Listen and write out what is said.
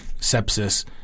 sepsis